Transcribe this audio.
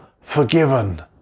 forgiven